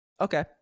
Okay